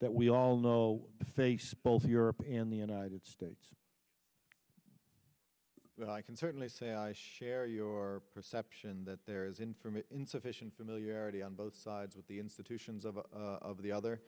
that we all know face both europe and the united states i can certainly say i share your perception that there is in from insufficient familiarity on both sides with the institutions of the other